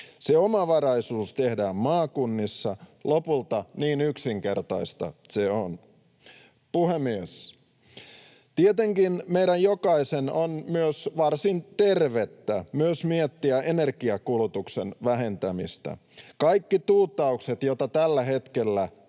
Se omavaraisuus tehdään maakunnissa, lopulta niin yksinkertaista se on. Puhemies! Tietenkin meidän jokaisen on varsin tervettä myös miettiä energiankulutuksen vähentämistä. Kaikki tuuttaukset, joita tällä hetkellä teemme, eivät